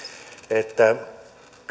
että